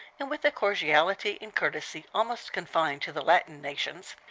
and with a cordiality and courtesy almost confined to the latin nations,